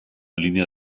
línea